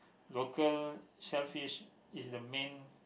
local shellfish is the main